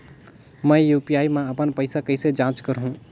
मैं यू.पी.आई मा अपन पइसा कइसे जांच करहु?